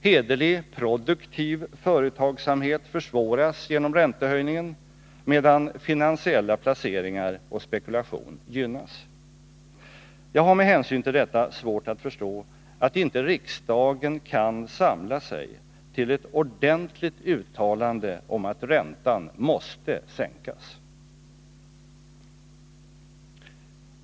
Hederlig produktiv företagsamhet försvåras genom räntehöjningen, medan finansiella placeringar och spekulation gynnas. Jag har med hänsyn till detta svårt att förstå att inte riksdagen kan samla sig till ett ordentligt uttalande om att räntan måste sänkas.